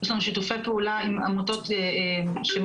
יש לנו שיתופי פעולה עם עמותות שמעודדות